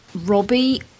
Robbie